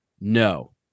no